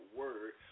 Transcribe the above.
word